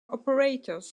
operators